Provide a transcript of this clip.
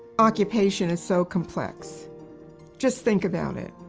occupation is so complex just think about it.